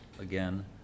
again